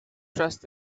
trust